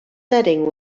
setting